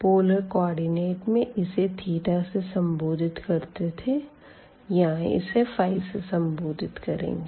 polar coordinate में इसे से संबोधित करते थे यहाँ इसे से संबोधित करेंगे